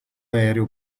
aereo